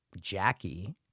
Jackie